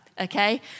okay